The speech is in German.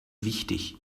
wichtig